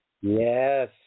Yes